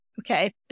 okay